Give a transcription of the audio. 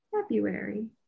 February